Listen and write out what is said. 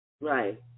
Right